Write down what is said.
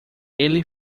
ele